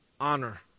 Honor